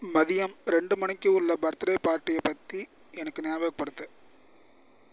மதியம் ரெண்டு மணிக்கு உள்ள பர்த்டே பார்ட்டியை பற்றி எனக்கு ஞாபகப்படுத்து